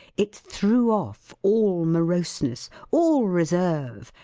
it threw off all moroseness, all reserve,